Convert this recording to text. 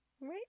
right